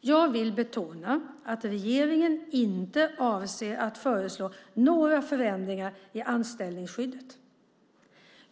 Jag vill betona att regeringen inte avser att föreslå några förändringar i anställningsskyddet.